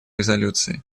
резолюции